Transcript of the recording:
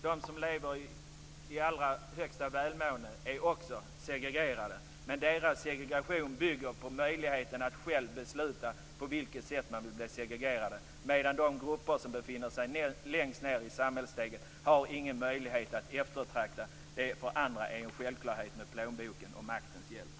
De som lever i allra högsta välmåga är naturligtvis också segregerade, men deras segregation bygger på möjligheten att själv besluta på vilket sätt man vill bli segregerad, medan de grupper som befinner längst ned på samhällsstegen inte har någon möjlighet att eftertrakta det som för andra är en självklarhet med plånbokens och maktens hjälp.